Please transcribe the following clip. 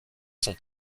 sont